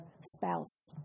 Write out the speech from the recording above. spouse